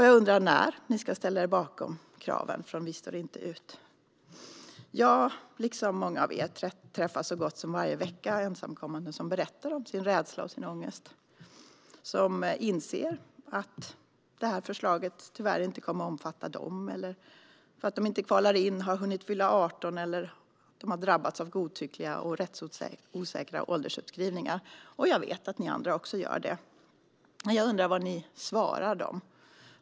Jag undrar när ni ska ställa er bakom kraven från Vi står inte ut. Jag, liksom många av er, träffar så gott som varje vecka ensamkommande som berättar om sin rädsla och ångest. De inser att detta förslag tyvärr inte kommer att omfatta dem - för att de inte kvalar in, för att de har hunnit fylla 18 eller för att de har drabbats av godtyckliga och rättsosäkra åldersuppskrivningar. Jag vet att ni andra också gör det, och jag undrar vad ni svarar dem.